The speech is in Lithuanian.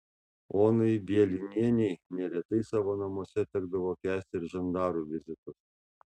onai bielinienei neretai savo namuose tekdavo kęsti ir žandarų vizitus